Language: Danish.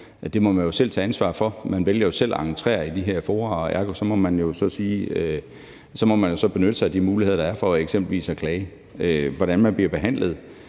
Det må man jo selv tage ansvar for. Man vælger selv at entrere de her fora; ergo må man jo så benytte sig af de muligheder, der er for eksempelvis at klage. Hvordan man bliver behandlet,